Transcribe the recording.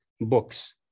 books